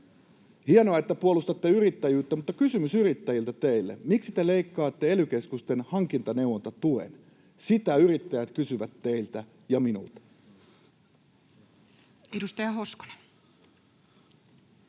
hienoa, että puolustatte yrittäjyyttä, mutta kysymys yrittäjiltä teille: miksi te leikkaatte ely-keskusten hankintaneuvontatuen? Sitä yrittäjät kysyvät teiltä ja minulta. Edustaja Honkonen.